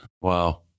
Wow